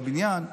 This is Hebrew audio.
בבניין,